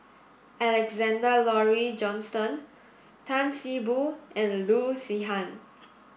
Alexander Laurie Johnston Tan See Boo and Loo Zihan